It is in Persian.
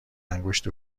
انگشت